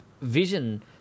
vision